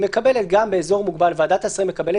היא מקבלת גם באזור מוגבל ועדת השרים מקבלת